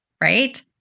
right